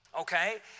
okay